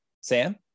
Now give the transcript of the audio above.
Sam